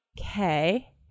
okay